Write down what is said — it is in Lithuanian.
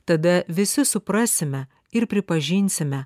tada visi suprasime ir pripažinsime